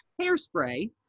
hairspray